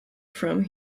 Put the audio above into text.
from